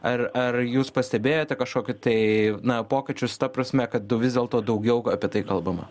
ar ar jūs pastebėjote kažkokį tai na pokyčius ta prasme kad vis dėlto daugiau apie tai kalbama